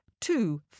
two